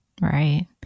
right